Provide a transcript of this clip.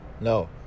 No